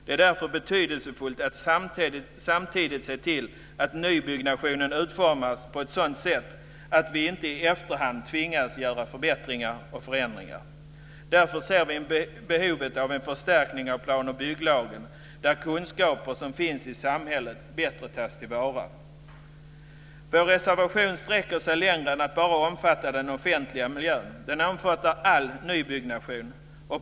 Det är därför betydelsefullt att samtidigt se till att nybyggnationen utformas på ett sådant sätt att man inte i efterhand tvingas att göra förbättringar och förändringar. Därför ser vi ett behov av en förstärkning av plan och bygglagen där kunskaper som finns i samhället bättre tas till vara. Vår reservation sträcker sig längre än att bara omfatta den offentliga miljön. Den omfattar all nybyggnation.